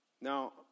Now